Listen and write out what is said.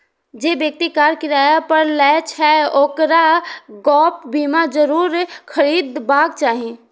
जे व्यक्ति कार किराया पर लै छै, ओकरा गैप बीमा जरूर खरीदबाक चाही